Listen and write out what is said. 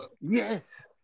Yes